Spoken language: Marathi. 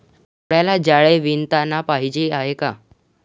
कोळ्याला जाळे विणताना पाहिले आहे का?